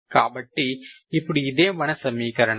కాబట్టి ఇప్పుడు ఇదే మన సమీకరణం